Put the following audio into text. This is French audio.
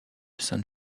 sainte